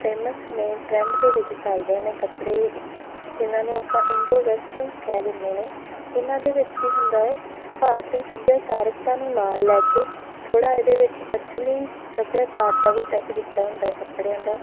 famous ਨੇ trend ਦੇ ਵਿੱਚ ਚੱਲ ਰਹੇ ਨੇ ਕੱਪੜੇ ਜਿਨ੍ਹਾਂ ਨੂੰ ਆਪਾਂ ਇੰਡੋ ਵੈਸਟਰਨ ਕਹਿ ਦਿੰਦੇ ਨੇ ਇਹਨਾਂ ਦੇ ਵਿੱਚ ਕੀ ਹੁੰਦਾ ਹੈ ਭਾਰਤੀ ਸਭਿਆਚਾਰਿਕਤਾ ਨੂੰ ਨਾਲ ਲੈ ਕੇ ਥੋੜ੍ਹਾ ਇਹਦੇ ਵਿੱਚ ਪੱਛਮੀ ਸੱਭਿਆਚਾਰ ਦਾ ਵੀ ਟੱਚ ਦਿੱਤਾ ਹੁੰਦਾ ਹੈ ਕੱਪੜਿਆਂ ਦਾ